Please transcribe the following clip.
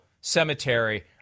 Cemetery